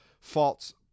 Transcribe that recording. false